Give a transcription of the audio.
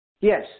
Yes